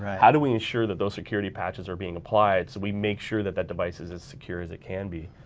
how do we ensure that those security patches are being applied? so we make sure that that device is as secure as it can be.